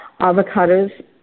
avocados